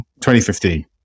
2015